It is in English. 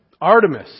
Artemis